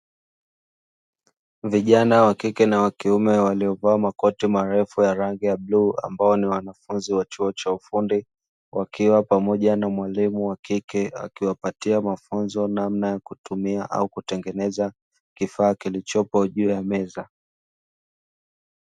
Vijana wa kike na wa kiume waliovaa makoti marefu ya rangi ya bluu ambao ni wanafunzi wa chuo cha ufundi, wakiwa pamoja na mwalimu wa kike akiwapatia mafunzo namna ya kutumia au kutengeneza kifaa kilichopo juu ya meza.